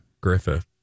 Griffith